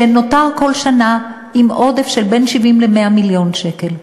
שנותר כל שנה עם עודף שבין 70 ל-100 מיליון שקל,